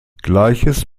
gleiches